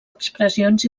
expressions